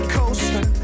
Coaster